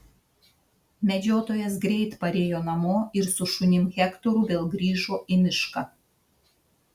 medžiotojas greit parėjo namo ir su šunim hektoru vėl grįžo į mišką